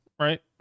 right